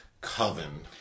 Coven